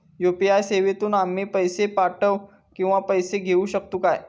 UPI सेवेतून आम्ही पैसे पाठव किंवा पैसे घेऊ शकतू काय?